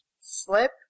Slip